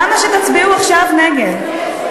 למה שתצביעו עכשיו נגד?